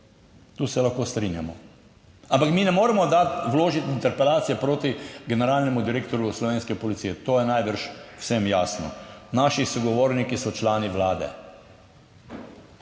tu se lahko strinjamo. Ampak mi ne moremo dati vložiti interpelacije proti generalnemu direktorju slovenske policije, to je najbrž vsem jasno. Naši sogovorniki so člani vlade.